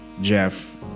Jeff